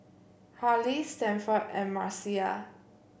Harley Stanford and Marcia